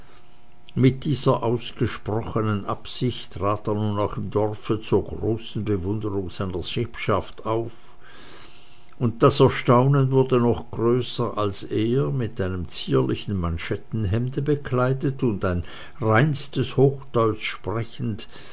mit dieser ausgesprochenen absicht trat er nun auch im dorfe zur großen bewunderung seiner sippschaft auf und das erstaunen wurde noch größer als er mit einem zierlichen manschettenhemde bekleidet und sein reinstes hochdeutsch sprechend